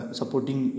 supporting